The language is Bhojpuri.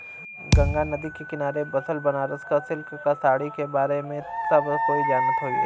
गंगा नदी के किनारे बसल बनारस क सिल्क क साड़ी के बारे में त सब कोई जानत होई